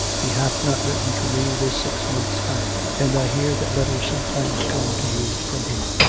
he hath not written to me this six months back. and i hear that letters sometimes come to you from him.